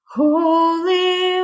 holy